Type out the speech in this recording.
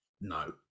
No